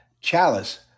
chalice